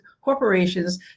corporations